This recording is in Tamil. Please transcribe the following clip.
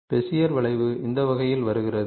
பெசியர் வளைவு இந்த வகையில் வருகிறது